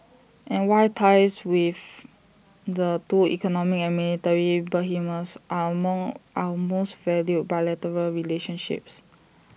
and why ties with the two economic and military behemoths are among our most valued bilateral relationships